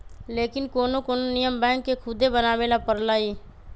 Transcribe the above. लेकिन कोनो कोनो नियम बैंक के खुदे बनावे ला परलई